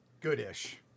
Good-ish